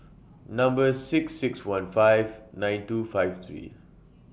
Number six six one five nine two five three